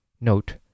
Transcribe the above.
Note